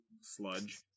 sludge